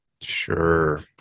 Sure